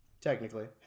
technically